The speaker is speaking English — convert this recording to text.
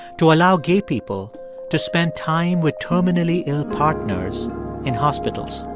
to allow gay people to spend time with terminally ill partners in hospitals